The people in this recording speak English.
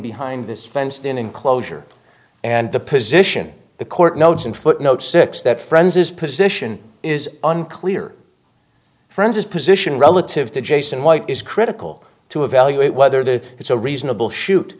behind this fenced in enclosure and the position the court notes in footnote six that friends his position is unclear friends his position relative to jason white is critical to evaluate whether that is a reasonable shoot